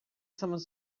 somebody